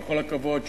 בכל הכבוד,